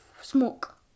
smoke